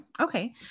Okay